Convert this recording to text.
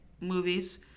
movies